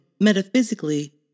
Metaphysically